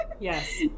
Yes